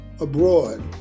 Abroad